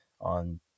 on